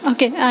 Okay